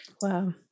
Wow